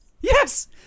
Yes